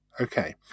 okay